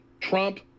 trump